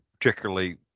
particularly